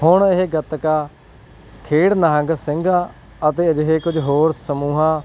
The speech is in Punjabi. ਹੁਣ ਇਹ ਗਤਕਾ ਖੇਡ ਨਿਹੰਗ ਸਿੰਘਾਂ ਅਤੇ ਅਜਿਹੇ ਕੁਝ ਹੋਰ ਸਮੂਹਾਂ